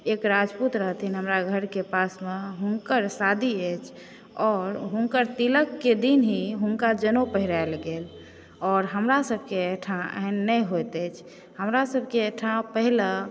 एक राजपूत रहथिन हमरा घरके पासमे हुनकर शादी अछि और हुनकर तिलककेँ दिन ही हुनका जनउ पहिरायल गेल और हमरासभकेँ एहिठाम एहन नहि होइत अछि हमरा सभकेँ एहिठाम पहिले